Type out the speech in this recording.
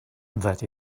that